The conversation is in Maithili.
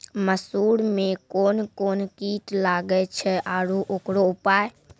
मसूर मे कोन कोन कीट लागेय छैय आरु उकरो उपाय?